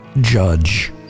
judge